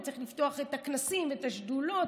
צריך לפתוח את הכנסים ואת השדולות,